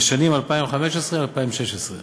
לשנים 2015 2016,